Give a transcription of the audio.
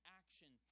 action